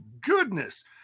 goodness